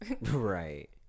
Right